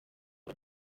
ngo